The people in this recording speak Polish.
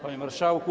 Panie Marszałku!